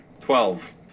Twelve